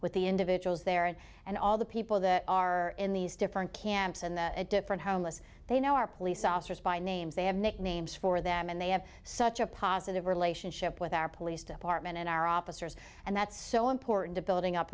with the individuals there and all the people that are in these different camps and the different homeless they know are police officers by names they have nicknames for them and they have such a positive relationship with our police department and our officers and that's so important to building up